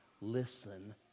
listen